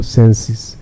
senses